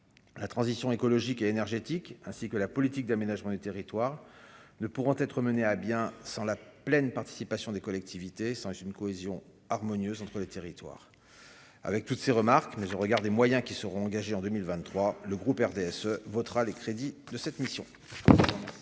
la transition écologique et énergétique ainsi que la politique d'aménagement du territoire ne pourront être menées à bien sans la pleine participation des collectivités sans une cohésion harmonieuse entre les territoires avec toutes ces remarques, mais au regard des moyens qui seront engagés en 2023, le groupe RDSE votera les crédits de cette mission.